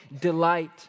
delight